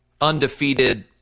undefeated